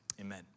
Amen